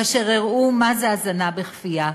כאשר הראו מה זה הזנה בכפייה,